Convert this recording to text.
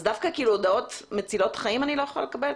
אז דווקא הודעות מצילות חיים אני לא יכולה לקבל?